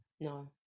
No